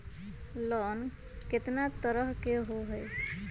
Loan केतना तरह के होअ हई?